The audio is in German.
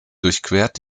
durchquert